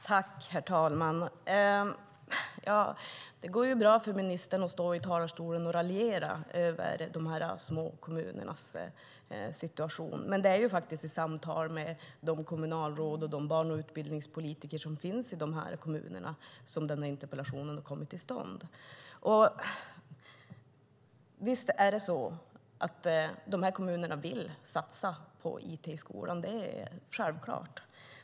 Herr talman! Det går bra för ministern att stå i talarstolen och raljera över dessa små kommuners situation. Men det är faktiskt i samtal med de kommunalråd och de barn och utbildningspolitiker som finns i dessa kommuner som denna interpellation har kommit till stånd. Visst vill dessa kommuner satsa på it i skolan. Det är självklart.